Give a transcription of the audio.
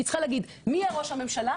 היא צריכה להגיד מי יהיה ראש הממשלה,